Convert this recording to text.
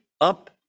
up